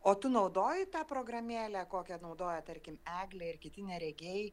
o tu naudoji tą programėlę kokią naudoja tarkim eglė ir kiti neregiai